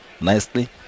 nicely